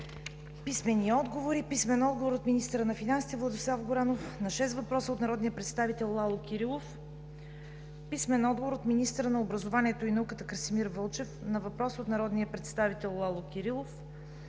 Писмени отговори от: - министъра на финансите Владислав Горанов на шест въпроса от народния представител Лало Кирилов; - министъра на образованието и науката Красимир Вълчев на въпрос от народния представител Лало Кирилов;